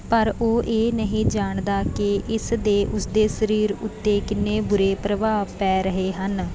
ਪਰ ਉਹ ਇਹ ਨਹੀਂ ਜਾਣਦਾ ਕਿ ਇਸ ਦੇ ਉਸਦੇ ਸਰੀਰ ਉੱਤੇ ਕਿੰਨੇ ਬੁਰੇ ਪ੍ਰਭਾਵ ਪੈ ਰਹੇ ਹਨ